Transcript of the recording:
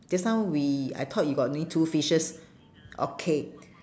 just now we I thought you got only two fishes okay